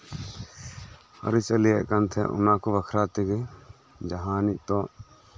ᱟᱹᱨᱤᱪᱟᱹᱞᱤᱭᱮᱫ ᱛᱟᱦᱮᱸᱫ ᱚᱱᱟ ᱠᱚ ᱵᱟᱠᱷᱨᱟ ᱛᱮᱜᱮ ᱡᱟᱦᱟᱸ ᱱᱤᱛᱳᱜ